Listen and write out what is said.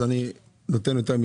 אז אני נותן אותה,